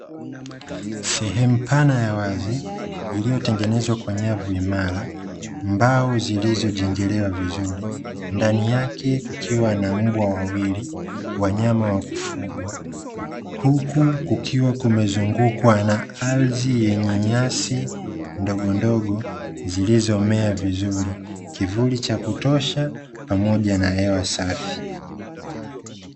Sehemu pana ya wazi iliyotengenezwa kwa nyavu imara mbao zilizo jengelewa vizuri ndani yake kukiwa na mbwa wawili wanyama wa kufugwa huku kukiwa kumezungukwa na ardhi yenye nyasi ndogondogo zilizomea vizuri, kivuli cha kutosha pamoja na hewa safi,